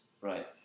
Right